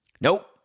Nope